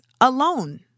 alone